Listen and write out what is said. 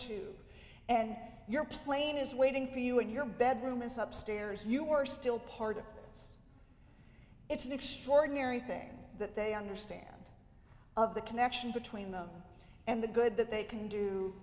too and your plane is waiting for you in your bedroom it's up stairs you were still part of it's an extraordinary thing that they understand all of the connection between them and the good that they can do